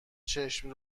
چشم